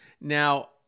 Now